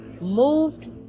moved